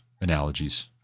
analogies